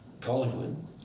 Collingwood